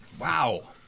Wow